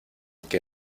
que